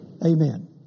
Amen